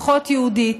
פחות יהודית.